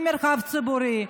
מהמרחב הציבורי,